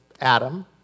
Adam